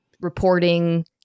reporting